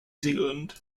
zealand